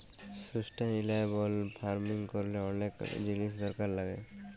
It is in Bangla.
সুস্টাইলাবল ফার্মিং ক্যরলে অলেক জিলিস দরকার লাগ্যে